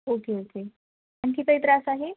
okay okay आणखी काही त्रास आहे